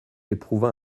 éprouva